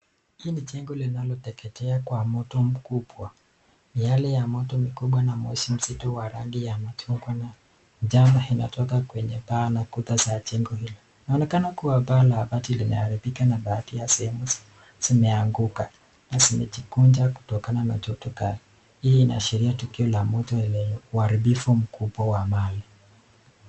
Hii ni jengo linaloteketea kwa moto mkubwa. Miale ya moto mkubwa na moshi mzito ya rangi ya machungwa na njano inatokea kwenye paa na kuta za jengo hilo. Inaonekana kuwa paa la mabati limeharibika na baadhi ya sehemu zimeanguka na zimejikunja kutokana na joto kali. Hii inaashiria tukio la moto lenye uharibifu mkubwa wa mali.